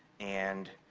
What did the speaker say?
and